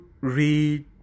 read